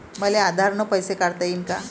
मले आधार न पैसे काढता येईन का?